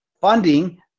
funding